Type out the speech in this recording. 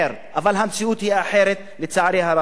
אבל המציאות היא אחרת, לצערי הרב.